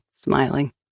Smiling